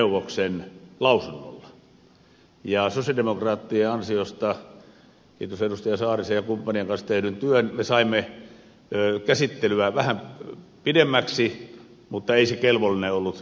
sosialidemokraattien ansiosta kiitos edustaja saarisen ja kumppanien kanssa tehdyn työn me saimme käsittelyä vähän pidemmäksi mutta ei se kelvollinen ollut sittenkään